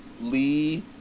Lee